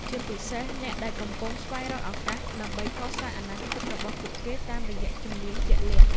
ជាពិសេសអ្នកដែលកំពុងស្វែងរកឱកាសដើម្បីកសាងអនាគតរបស់ពួកគេតាមរយៈជំនាញជាក់ស្តែង។